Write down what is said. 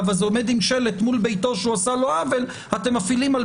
ההפגנה ממול ביתו למול ביתו של אזרח אחר שלא קשור בסכסוך?